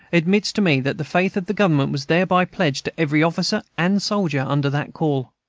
admits to me that the faith of the government was thereby pledged to every officer and soldier under that call.